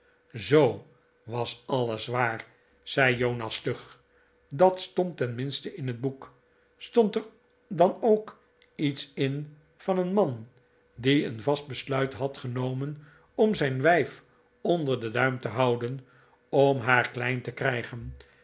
zoo f was alles waar zei jonas stug dat stond tenminste in het boek stond er dan ook iets in van een man die een vast besluit had genomen om zijn wijf onder den duim te houden om haar klein te krijgen